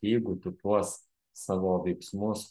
jeigu tu tuos savo veiksmus